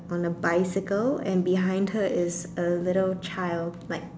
on a bicycle and behind her is a little child like